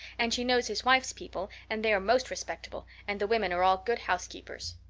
and she knows his wife's people and they are most respectable and the women are all good housekeepers.